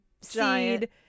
seed